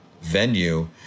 venue